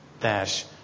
Dash